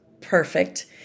Perfect